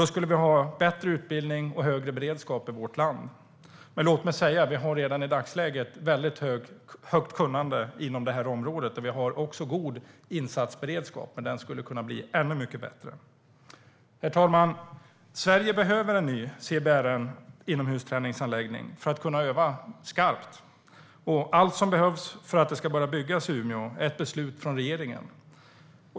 Då skulle vi ha bättre utbildning och högre beredskap i vårt land. Låt mig dock säga att vi redan i dagsläget har mycket stort kunnande inom det här området. Vi har också en god insatsberedskap, men den skulle kunna bli ännu mycket bättre. Herr talman! Sverige behöver en ny CBRN-inomhusträningsanläggning för att kunna öva skarpt. Allt som behövs för att det ska börja byggas i Umeå är ett beslut från regeringen.